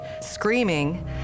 screaming